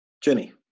Jenny